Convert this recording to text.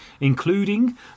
including